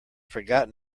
forgotten